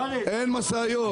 אין משאיות.